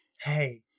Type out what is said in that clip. Hey